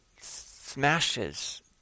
smashes